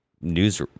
news